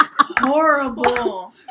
horrible